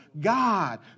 God